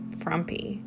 frumpy